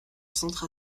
centre